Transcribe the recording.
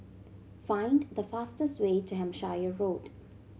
find the fastest way to Hampshire Road